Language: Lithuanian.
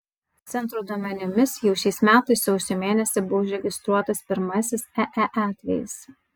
centro duomenimis jau šiais metais sausio mėnesį buvo užregistruotas pirmasis ee atvejis